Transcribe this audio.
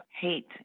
hate